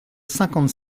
cinquante